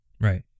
Right